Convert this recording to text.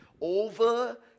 over